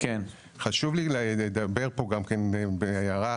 חשוב לי לדבר גם פה בהערה,